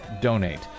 donate